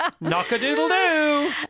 Knock-a-doodle-doo